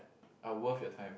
are worth your time